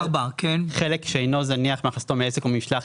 חלק שאינו זניח מהכנסתו מעסק או ממשלח